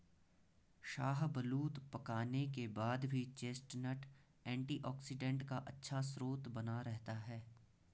शाहबलूत पकाने के बाद भी चेस्टनट एंटीऑक्सीडेंट का अच्छा स्रोत बना रहता है